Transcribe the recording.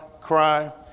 cry